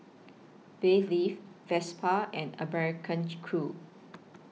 bathe leave Vespa and Crew